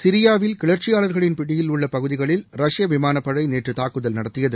சிரியாவில் கிளர்ச்சியாளர்களின் பிடியில் உள்ள பகுதிகளில் ரஷ்யா விமானப்படை நேற்று தாக்குதல் நடத்தியது